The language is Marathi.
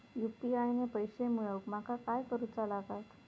यू.पी.आय ने पैशे मिळवूक माका काय करूचा लागात?